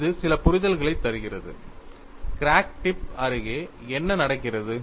இது சில புரிதல்களைத் தருகிறது கிராக் டிப் அருகே என்ன நடக்கிறது